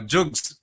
Jugs